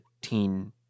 teen